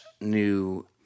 new